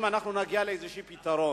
אם אנחנו נגיע לאיזה פתרון.